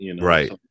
Right